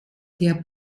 der